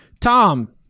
tom